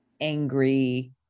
angry